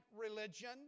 religion